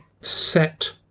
set